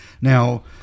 Now